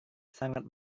sangat